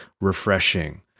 refreshing